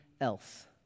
else